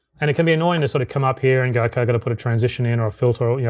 and it can be annoying to sort of come up here and go okay, i gotta put a transition in or a filter, yeah